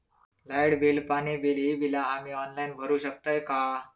Light bill, पाणी bill, ही बिला आम्ही ऑनलाइन भरू शकतय का?